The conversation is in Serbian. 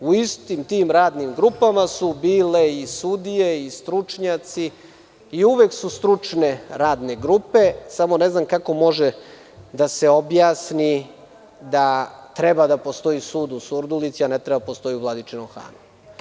U istim tim radnim grupama su bile i sudije i stručnjaci i uvek su stručne radne grupe, samo ne znam kako može da se objasni da treba da postoji sud u Surdulici a ne treba da postoji u Vladičinom Hanu?